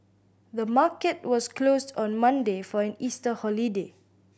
the market was closed on Monday for an Easter holiday